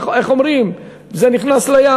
איך אומרים, זה נכנס לים.